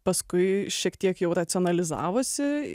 paskui šiek tiek jau racionalizavosi